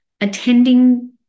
attending